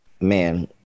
man